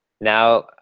now